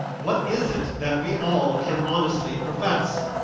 what is it that we all can honestly profess?